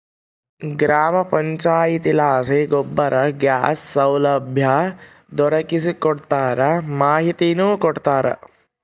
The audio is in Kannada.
ಗ್ರಾಮ ಪಂಚಾಯಿತಿಲಾಸಿ ಗೋಬರ್ ಗ್ಯಾಸ್ ಸೌಲಭ್ಯ ದೊರಕಿಸಿಕೊಡ್ತಾರ ಮಾಹಿತಿನೂ ಕೊಡ್ತಾರ